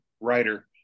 writer